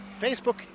Facebook